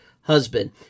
husband